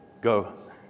Go